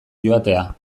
joatea